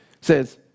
says